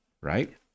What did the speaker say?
right